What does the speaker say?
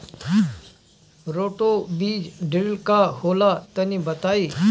Roto बीज drill का होला तनि बताई?